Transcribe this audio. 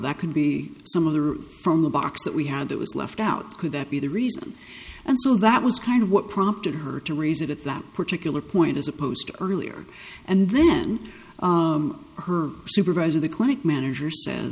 that could be some of the roof from the box that we had that was left out could that be the reason and so that was kind of what prompted her to raise it at that particular point as opposed to earlier and then her supervisor the clinic manager